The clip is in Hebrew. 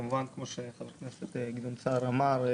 כמובן כמו שחבר הכנסת סער אמר: